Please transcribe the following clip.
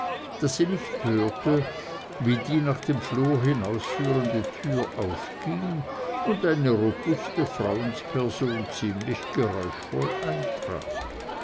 daß sie nicht hörte wie die nach dem flur hinausführende tür aufging und eine robuste frauensperson ziemlich geräuschvoll eintrat